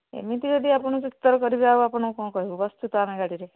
ଏମିତି ଯଦି ଆପଣ ଯୁକ୍ତି ତର୍କ କରିବେ ଆଉ ଆପଣଙ୍କୁ କ'ଣ କହିବୁ ବସୁଛୁ ତ ଆମେ ଗାଡ଼ିରେ